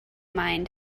mind